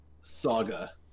saga